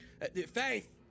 Faith